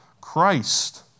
Christ